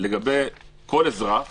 לגבי כל אזרח